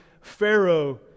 Pharaoh